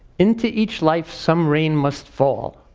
into each life some rain must fall,